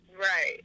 Right